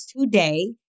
today